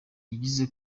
yazize